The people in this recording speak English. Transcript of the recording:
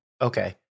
Okay